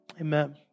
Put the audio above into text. Amen